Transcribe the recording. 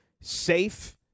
Safe